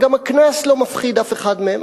גם הקנס לא מפחיד אף אחד מהם,